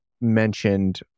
mentioned